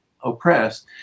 oppressed